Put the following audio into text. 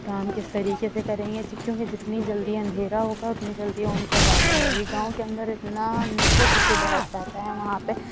کام کس طریقے سے کریں گے کیونکہ جتنی جلدی اندھیرا ہوگا اتنی جلدی ان کو پرابلم ہوگی گاؤں کے اندر اتنا نیٹ ورک ایشو بہت رہتا ہے وہاں پہ